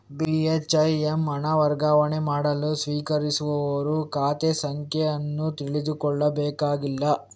ಬಿ.ಹೆಚ್.ಐ.ಎಮ್ ಹಣ ವರ್ಗಾವಣೆ ಮಾಡಲು ಸ್ವೀಕರಿಸುವವರ ಖಾತೆ ಸಂಖ್ಯೆ ಅನ್ನು ತಿಳಿದುಕೊಳ್ಳಬೇಕಾಗಿಲ್ಲ